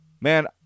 man